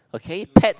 okay pets